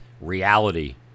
reality